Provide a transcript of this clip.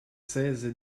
seize